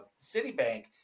Citibank